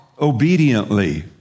obediently